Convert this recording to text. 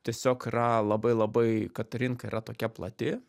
tiesiog yra labai labai kad rinka yra tokia plati